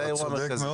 זה האירוע המרכזי.